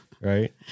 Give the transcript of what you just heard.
Right